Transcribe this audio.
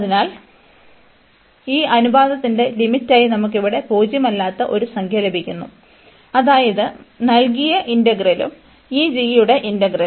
അതിനാൽ ഈ അനുപാതത്തിന്റെ ലിമിറ്റായി നമുക്ക് ഇവിടെ പൂജ്യമല്ലാത്ത ഒരു സംഖ്യ ലഭിക്കുന്നു അതായത് നൽകിയ ഇന്റഗ്രലും ഈ g യുടെ ഇന്റഗ്രലും